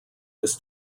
was